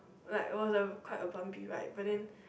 like was quite a bumpy ride but then